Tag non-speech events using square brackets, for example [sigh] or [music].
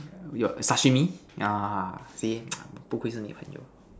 we got Sashimi ah see [noise] 不愧是你朋友